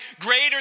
greater